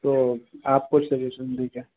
तो आप कुछ सजेशन दीजिए